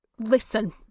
Listen